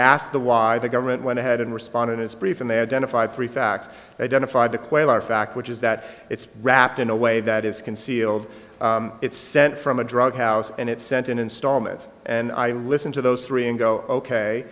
asked the why the government went ahead and responded as brief and they identified three facts identified the quail are fact which is that it's wrapped in a way that is concealed it's sent from a drug house and it's sent in installments and i listen to those three and go ok